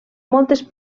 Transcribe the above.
moltes